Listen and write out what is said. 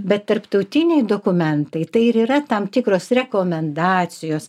bet tarptautiniai dokumentai tai ir yra tam tikros rekomendacijos